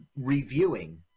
reviewing